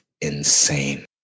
insane